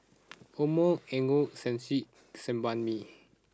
Omron Ego Sunsense and Sebamed